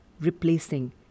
replacing